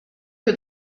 que